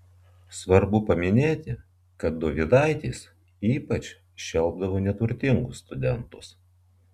svarbu paminėti kad dovydaitis ypač šelpdavo neturtingus studentus